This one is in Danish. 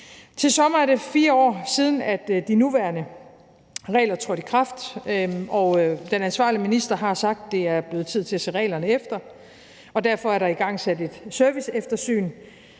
Til sommer er det 4 år siden, at de nuværende regler trådte i kraft, og den ansvarlige minister har sagt, at det er blevet tid til at se reglerne efter, og derfor er der igangsat et serviceeftersyn.